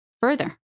further